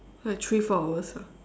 like three four hours ah